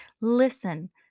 listen